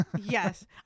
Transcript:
Yes